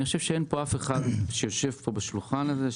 אני חושב שאין אף אחד שיושב בשולחן הזה,